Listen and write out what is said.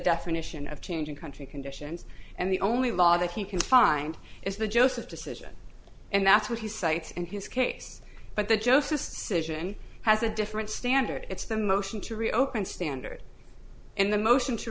definition of changing country conditions and the only law that he can find is the joseph decision and that's what he cites and his case but the joseph cision has a different standard it's the motion to reopen standard and the motion to